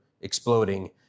exploding